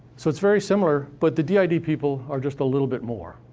so it's very similar, but the did people are just a little bit more.